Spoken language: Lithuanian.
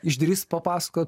išdrįs papasakot